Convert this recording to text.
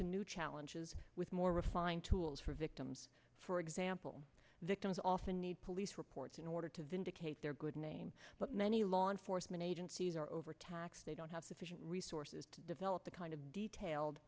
to new challenges with more refined tools for victims for example victims often need police reports in order to vindicate their good name but many law enforcement agencies are overtaxed they don't have sufficient resources to develop the kind of detailed